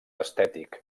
estètic